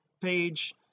page